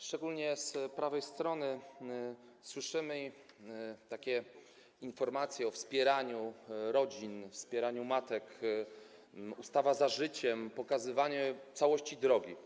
Szczególnie z prawej strony słyszymy takie informacje o wspieraniu rodzin, wspieraniu matek, ustawa za życiem, pokazywanie całości drogi.